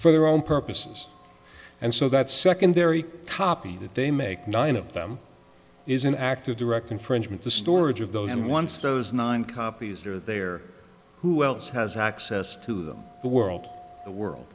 for their own purposes and so that secondary copy that they make nine of them is an act of direct infringement the storage of those and once those nine copies are there who else has access to them the world the world